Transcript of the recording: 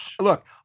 look